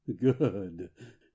Good